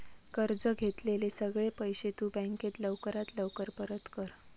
कर्ज घेतलेले सगळे पैशे तु बँकेक लवकरात लवकर परत कर